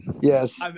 Yes